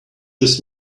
this